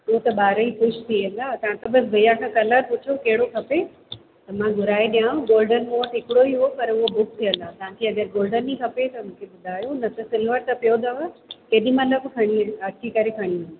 पोइ त ॿार ई ख़ुशि थी वेंदा तव्हां त बसि भैया खां कलर पुछो कहिड़ो खपे त मां घुराए ॾियांव मूं वटि हिकिड़ो ई हुओ पर उहो बुक थियल आहे तव्हां अगरि गोल्डन ई खपे त मूंखे ॿुधायो न त सिल्वर त पियो अथव केॾी महिल बि खणी अची करे खणी वञो